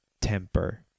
temper